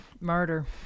murder